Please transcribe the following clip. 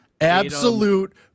absolute